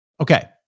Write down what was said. okay